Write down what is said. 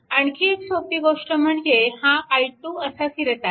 आणखी एक सोपी गोष्ट म्हणजे हा i2 असा फिरत आहे